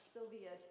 Sylvia